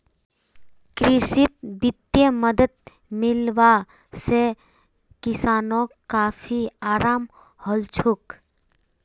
कृषित वित्तीय मदद मिलवा से किसानोंक काफी अराम हलछोक